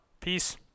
peace